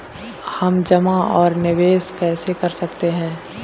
हम जमा और निवेश कैसे कर सकते हैं?